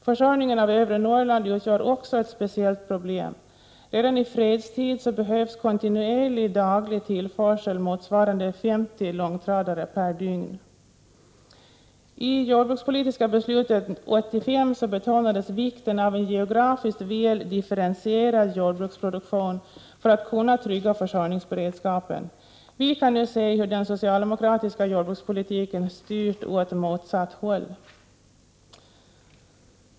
Försörjningen av övre Norrland utgör också ett speciellt problem. Redan i fredstid behövs kontinuerlig daglig tillförsel motsvarande 50 långtradare per dygn. I det jordbrukspolitiska beslutet 1985 betonades vikten av en geografiskt väl differentierad jordbruksproduktion för att kunna trygga försörjningsbe 9” redskapen. Vi kan nu se hur den socialdemokratiska jordbrukspolitiken styrt åt motsatt håll.